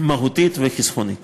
מהותית וחסכונית.